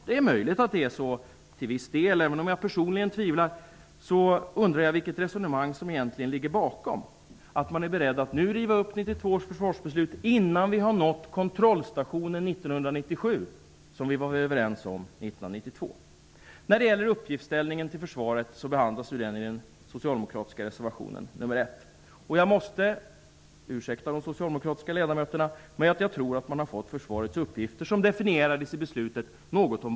Det är möjligt att det till viss del är så. Även om jag personligen tvivlar, undrar jag vilket resonemang som egentligen ligger bakom detta med att man är beredd att nu riva upp 1992 års försvarsbeslut -- alltså innan vi har nått kontrollstationen 1997, som vi var överens om Socialdemokraterna. Jag måste ursäkta de socialdemokratiska ledamöterna genom att säga att jag tror att man något har fått försvarets uppgifter, så som dessa definieras i beslutet, om bakfoten.